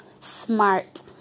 smart